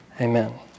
Amen